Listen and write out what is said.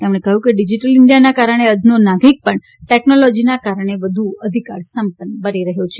તેમણે કહ્યું કે ડિજિટલ ઈન્ડિયાના કારણે અદનો નાગરિક પણ ટેકનોલોજીના કારણે વધુ અધિકાર સંપન્ન બની રહ્યો છે